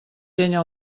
llenya